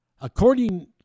According